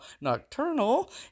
nocturnal